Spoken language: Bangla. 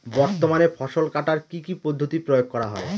বর্তমানে ফসল কাটার কি কি পদ্ধতি প্রয়োগ করা হয়?